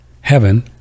heaven